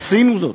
עשינו זאת,